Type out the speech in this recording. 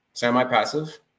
Semi-passive